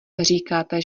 říkáte